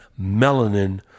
melanin